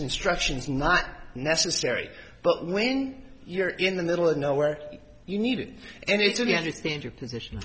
instruction is not necessary but when you're in the middle of nowhere you need it and it's really understand your position